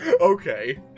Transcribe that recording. okay